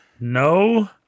No